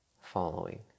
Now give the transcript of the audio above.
following